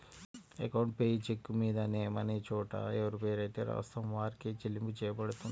account payee చెక్కుమీద name అనే చోట ఎవరిపేరైతే రాత్తామో వారికే చెల్లింపు చెయ్యబడుతుంది